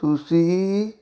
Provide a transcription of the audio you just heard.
ਤੁਸੀਂ